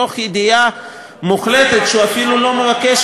מתוך ידיעה מוחלטת שהוא אפילו לא מבקש